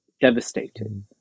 devastated